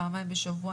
פעמיים בשבוע,